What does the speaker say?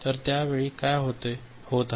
तर त्या वेळी काय होत आहे